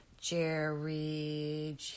Jerry